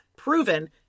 Proven